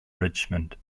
richmond